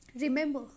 Remember